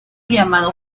llamado